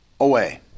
away